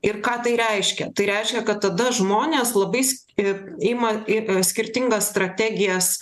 ir ką tai reiškia tai reiškia kad tada žmonės labais ima į skirtingas strategijas